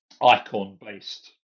icon-based